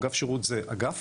אגף שירות זה אגף